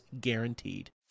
guaranteed